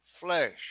flesh